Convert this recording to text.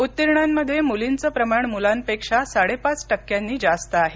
उत्तिर्णांमध्ये मुर्लींचं प्रमाण मुलांपेक्षा साडे पाच टक्क्यांनी जास्त आहे